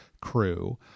crew